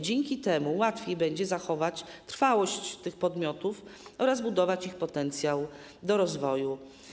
Dzięki temu łatwiej będzie zachować trwałość tych podmiotów oraz budować ich potencjał do rozwoju.